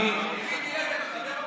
עם מיקי לוי אתה מדבר?